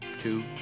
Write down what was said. two